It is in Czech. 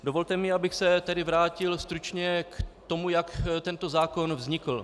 Dovolte, abych se tedy vrátil stručně k tomu, jak tento zákon vznikl.